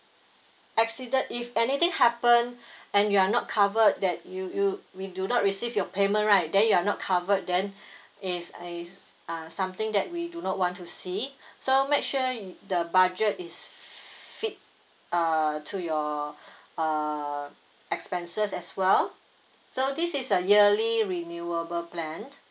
exceeded if anything happen and you are not covered that you you we do not receive your payment right then you're not covered then is is uh something that we do not want to see so make sure the budget is fit uh to your uh expenses as well so this is a yearly renewable plan